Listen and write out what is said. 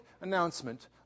announcement